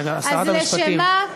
לשם מה,